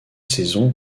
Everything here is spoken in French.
saisons